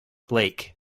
lake